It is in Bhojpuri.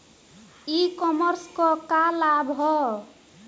ई कॉमर्स क का लाभ ह?